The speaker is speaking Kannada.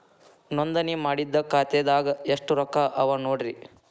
ನೋಂದಣಿ ಮಾಡಿದ್ದ ಖಾತೆದಾಗ್ ಎಷ್ಟು ರೊಕ್ಕಾ ಅವ ನೋಡ್ರಿ